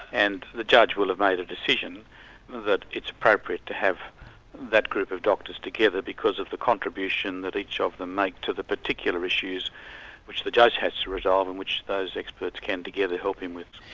and the judge will have made a decision that it's appropriate to have that group of doctors together because of the contribution that each of them makes to the particular issues which the judge has to resolve and which those experts can together help him with.